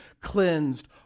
cleansed